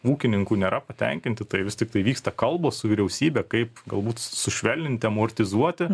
ūkininkų nėra patenkinti tai vis tiktai vyksta kalbos su vyriausybe kaip galbūt sušvelninti amortizuoti